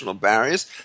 barriers